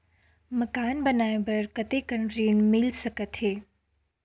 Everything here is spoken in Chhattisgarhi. मकान बनाये बर कतेकन ऋण मिल सकथे?